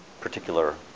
particular